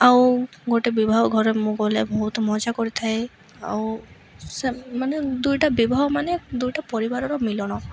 ଆଉ ଗୋଟେ ବିବାହ ଘରେ ମୁଁ ଗଲେ ବହୁତ ମଜା କରିଥାଏ ଆଉ ସେମାନେ ଦୁଇଟା ବିବାହ ମାନେ ଦୁଇଟା ପରିବାରର ମିଳନ